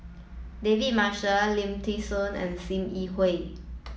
David Marshall Lim Thean Soo and Sim Yi Hui